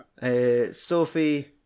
Sophie